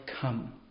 come